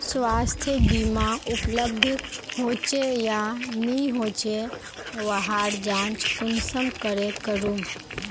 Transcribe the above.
स्वास्थ्य बीमा उपलब्ध होचे या नी होचे वहार जाँच कुंसम करे करूम?